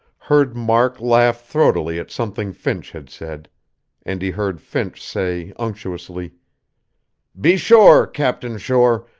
heard mark laugh throatily at something finch had said and he heard finch say unctuously be sure, captain shore,